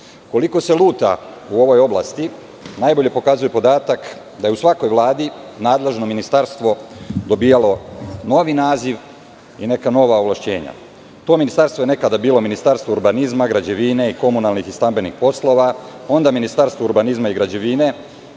Koliko se luta u ovoj oblasti, najbolje pokazuje podatak da je u svakoj vladi nadležno ministarstvo dobijalo novi naziv i neka nova ovlašćenja. To ministarstvo je nekada bilo Ministarstvo urbanizma, građevine i komunalnih i stambenih poslova, onda Ministarstvo urbanizma i građevine,